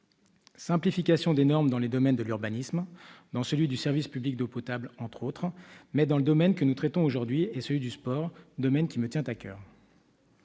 simplification des normes dans le domaine de l'urbanisme ou dans celui du service public d'eau potable, entre autres. Mais le domaine que nous traitons aujourd'hui est celui du sport, domaine qui me tient à coeur.